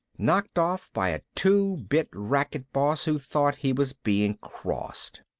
knocked off by a two-bit racket boss who thought he was being crossed.